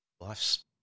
Life's